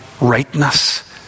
rightness